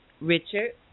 Richard